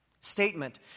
statement